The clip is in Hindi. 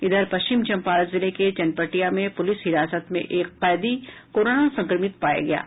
इधर पश्चिम चंपारण जिले के चनपटिया में पुलिस हिरासत में एक कैदी कोरोना संक्रमित पाया गया है